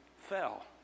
fell